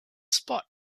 spot